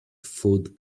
food